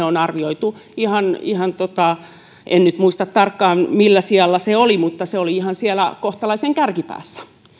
on arvioitu ihan ihan en nyt muista tarkkaan millä sijalla se oli sinne kohtalaisen kärkipäähän